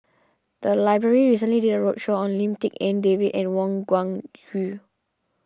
the library recently did a roadshow on Lim Tik En David and Wang Gungwu